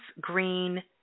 green